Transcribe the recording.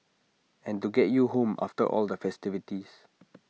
and to get you home after all the festivities